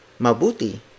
Mabuti